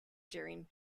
during